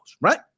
right